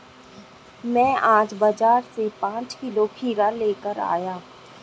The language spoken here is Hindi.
मैं आज बाजार से पांच किलो खीरा लेकर आया